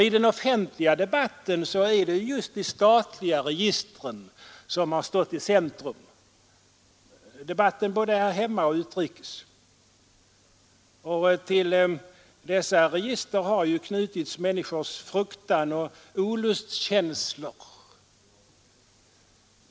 I den offentliga debatten är det just de statliga registren som har stått i centrum både här hemma och utrikes. Till dessa register har ju slutits människors fruktan och olustkänslor.